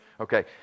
Okay